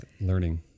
learning